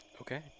okay